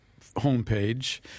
homepage